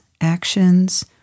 actions